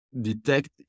detect